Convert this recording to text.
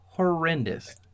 Horrendous